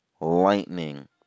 Lightning